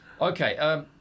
Okay